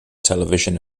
television